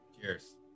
cheers